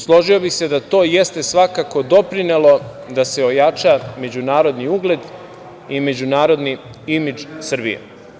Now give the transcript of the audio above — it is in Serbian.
Složio bih se da to jeste svakako doprinelo da se ojača međunarodni ugled i međunarodni imidž Srbije.